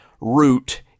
root